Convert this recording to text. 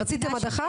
רציתם הדחה?